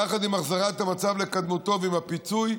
יחד עם החזרת המצב לקדמותו ועם הפיצוי,